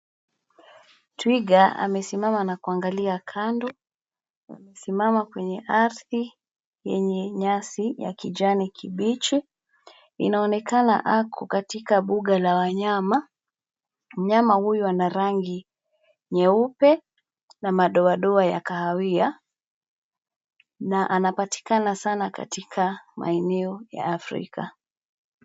Twiga amesimama na kuangalia kando, amesimama kwenye ardhi yenye nyasi ya kijani kibichi. Inaonekana, ako katika mbuga ya wanyama. Mnyama huyu ana rangi nyeupe na madoadoa ya kahawia; na anapatikana sana katika maeneo ya Afrika.